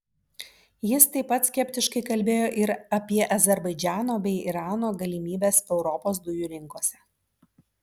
jis taip pat skeptiškai kalbėjo ir apie azerbaidžano bei irano galimybes europos dujų rinkose